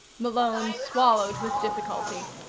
malone swallowed with difficulty.